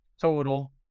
total